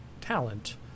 talent